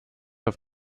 auf